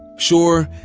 sure.